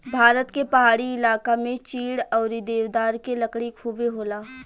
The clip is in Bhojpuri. भारत के पहाड़ी इलाका में चीड़ अउरी देवदार के लकड़ी खुबे होला